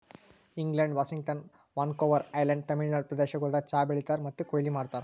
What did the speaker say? England, Washington, Vancouver Island, Tamil Nadu ಪ್ರದೇಶಗೊಳ್ದಾಗ್ ಚಹಾ ಬೆಳೀತಾರ್ ಮತ್ತ ಕೊಯ್ಲಿ ಮಾಡ್ತಾರ್